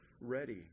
ready